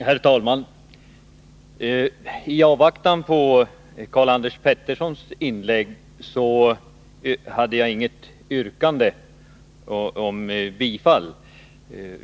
Herr talman! I avvaktan på Karl-Anders Peterssons inlägg hade jag inget yrkande.